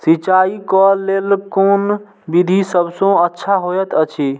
सिंचाई क लेल कोन विधि सबसँ अच्छा होयत अछि?